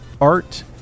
art